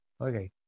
Okay